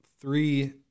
three